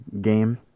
game